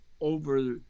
over